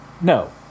no